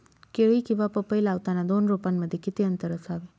केळी किंवा पपई लावताना दोन रोपांमध्ये किती अंतर असावे?